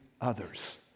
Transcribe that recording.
others